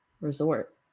resort